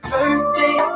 Birthday